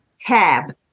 Tab